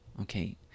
Okay